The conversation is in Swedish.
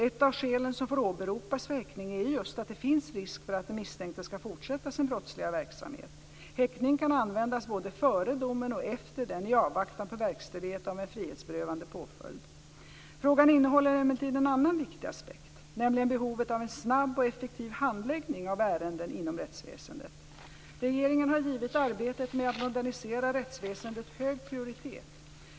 Ett av skälen som får åberopas för häktning är just att det finns risk för att den misstänkte ska fortsätta sin brottsliga verksamhet. Häktning kan användas både före domen och efter denna i avvaktan på verkställighet av en frihetsberövande påföljd. Frågan innehåller emellertid en annan viktig aspekt, nämligen behovet av en snabb och effektiv handläggning av ärenden inom rättsväsendet. Regeringen har givit arbetet med att modernisera rättsväsendet hög prioritet.